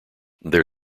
their